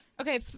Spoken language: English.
Okay